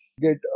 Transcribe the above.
get